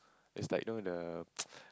it's like know the